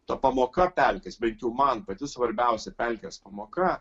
ta pamoka pelkės bei jau man pati svarbiausia pelkės pamoka